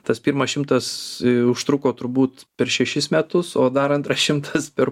tas pirmas šimtas užtruko turbūt per šešis metus o dar antras šimtas per